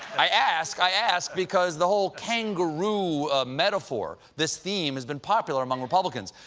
i ask i ask because the whole kangaroo metaphor, this theme has been popular among republicans.